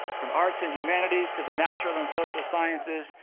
from arts and humanities to the natural and social sciences,